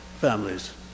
families